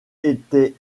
était